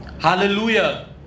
hallelujah